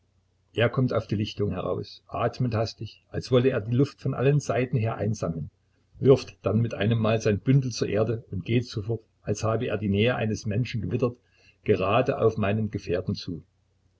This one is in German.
er kommt auf die lichtung heraus atmet hastig als wolle er die luft von allen seiten her einsammeln wirft dann mit einem male sein bündel zur erde und geht sofort als habe er die nähe eines menschen gewittert gerade auf meinen gefährten zu